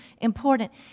important